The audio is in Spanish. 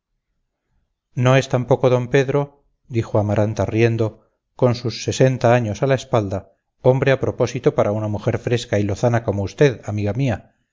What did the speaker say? no es tampoco d pedro dijo amaranta riendo con sus sesenta años a la espalda hombre a propósito para una mujer fresca y lozana como usted amiga mía